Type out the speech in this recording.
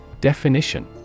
Definition